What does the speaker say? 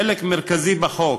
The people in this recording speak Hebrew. חלק מרכזי בחוק